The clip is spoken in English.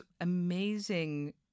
amazing